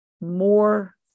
more